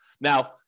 Now